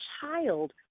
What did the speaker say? child